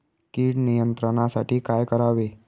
कीड नियंत्रणासाठी काय करावे?